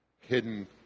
hidden